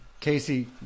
Casey